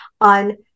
on